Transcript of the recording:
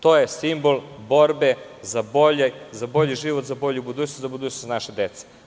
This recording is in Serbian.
To je simbol borbe za bolji život, za bolju budućnost, za budućnost naše dece.